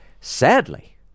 sadly